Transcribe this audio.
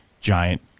giant